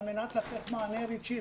על מנת לתת מענה רגשי.